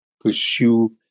pursue